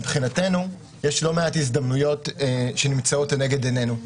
מבחינתנו יש לא מעט הזדמנויות שנמצאות לנגד עינינו.